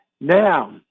Now